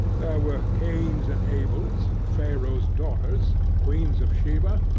there were cains and abels, pharaoh's daughters queens of sheba,